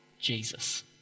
Jesus